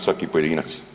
Svaki pojedinac.